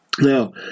Now